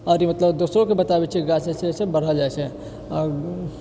आओर ई मतलब दोसरोके बताबै छिऐ कि गाछ ऐसे ऐसे बढ़ल जाइ छै